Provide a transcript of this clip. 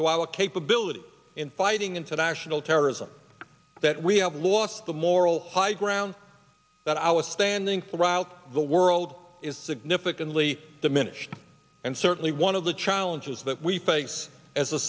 a capability in fighting international terrorism that we have lost the moral high ground that i was standing throughout the world is significantly diminished and certainly one of the challenges that we face as